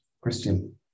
Christian